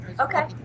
Okay